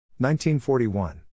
1941